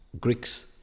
Greeks